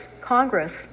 Congress